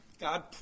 God